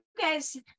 guys